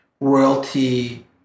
royalty